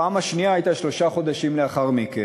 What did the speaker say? הפעם השנייה הייתה שלושה חודשים לאחר מכן.